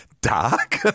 dark